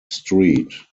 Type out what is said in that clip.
street